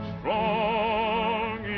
Strong